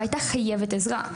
והייתה חייבת עזרה.